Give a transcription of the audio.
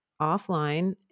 offline